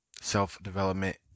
self-development